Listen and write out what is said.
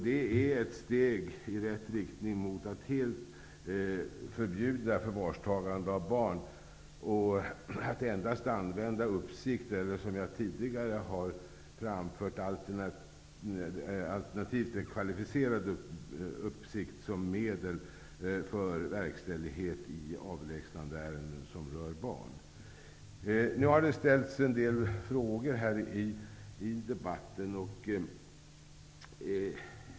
Det är ett steg i rätt riktning mot att helt förbjuda förvarstagande av barn och endast använda uppsikt eller, som jag tidigare har framfört, alternativt kvalificerad uppsikt som medel för verkställighet i avvisningsärenden som rör barn. Nu har det ställts en del frågor i debatten.